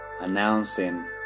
announcing